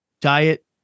diet